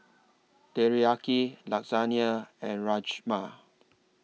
Teriyaki Lasagna and Rajma